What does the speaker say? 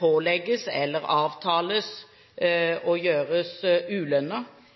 pålegges eller avtales å gjøres